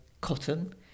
cotton